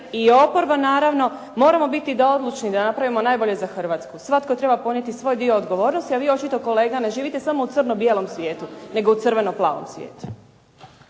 i oporba naravno moramo biti odlučni da napravimo najbolje za hrvatsku. Svatko treba ponijeti svoj dio odgovornosti, a vi očito kolega ne živite samo u crno-bijelom svijetu, nego u crveno-plavom svijetu.